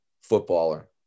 footballer